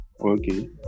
Okay